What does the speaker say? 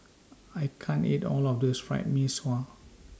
I can't eat All of This Fried Mee Sua